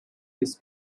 his